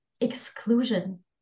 exclusion